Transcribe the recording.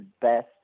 best